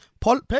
Paul